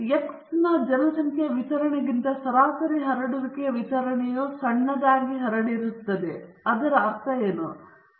X ಯ ಜನಸಂಖ್ಯೆಯ ವಿತರಣೆಗಿಂತ ಸರಾಸರಿ ಹರಡುವಿಕೆಯ ವಿತರಣೆಯು ಸಣ್ಣದಾಗಿ ಹರಡಿರುವುದನ್ನು ಅದು ನಮಗೆ ಹೇಳುವುದು ಏನು